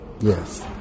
Yes